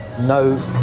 no